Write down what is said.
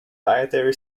dietary